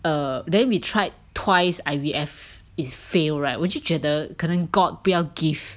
err then we tried twice I_V_F is fail right 我就觉得可能 god 不要 give